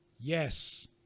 Yes